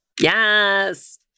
Yes